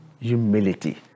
humility